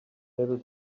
able